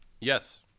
yes